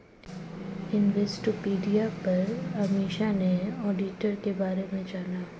Investopedia पर अमीषा ने auditor के बारे में जाना